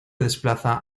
desplaza